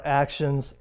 actions